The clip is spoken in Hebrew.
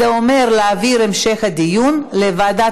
זה אומר להעביר את המשך הדיון לוועדת